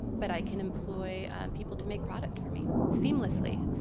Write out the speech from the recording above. but i can employ people to make product for me seamlessly.